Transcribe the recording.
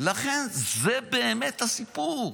לכן זה באמת הסיפור.